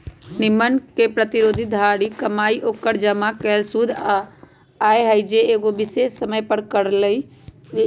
निगम के प्रतिधारित कमाई ओकर जमा कैल शुद्ध आय हई जे उ एगो विशेष समय पर करअ लई